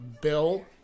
Bill